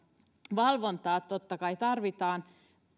valvontaa totta kai tarvitaan